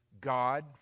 God